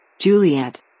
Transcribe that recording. Juliet